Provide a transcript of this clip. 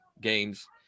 games